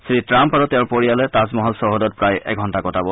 শ্ৰীট্টাম্প আৰু তেওঁৰ পৰিয়ালে তাজমহল চৌহদত প্ৰায় এঘণ্টা কটাব